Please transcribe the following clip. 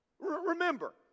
Remember